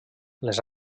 les